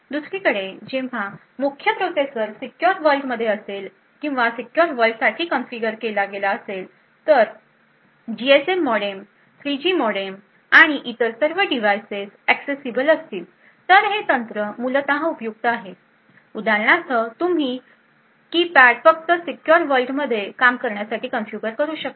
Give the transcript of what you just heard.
दुसरीकडे जेव्हा मुख्य प्रोसेसर सीक्युर वर्ल्ड मध्ये असेल किंवा सीक्युर वर्ल्डसाठी कॉन्फिगर केला असेल तर जीएसएम मॉडेम 3 जी मॉडेम आणि इतर सर्व डिव्हाइस प्रवेशयोग्य असतील तर हे तंत्र मूलत उपयुक्त आहे उदाहरणार्थ तुम्ही कीपॅड फक्त सीक्युर वर्ल्ड मध्ये काम करण्यासाठी कॉन्फिगर करू शकाल